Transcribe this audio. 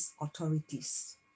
authorities